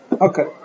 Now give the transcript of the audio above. Okay